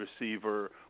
receiver